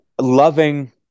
loving